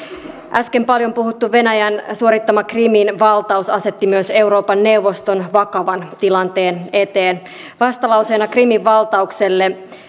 äsken paljon puhuttu venäjän suorittama krimin valtaus asetti myös euroopan neuvoston vakavan tilanteen eteen vastalauseena krimin valtaukselle